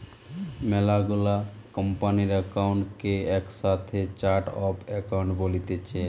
মেলা গুলা কোম্পানির একাউন্ট কে একসাথে চার্ট অফ একাউন্ট বলতিছে